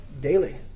daily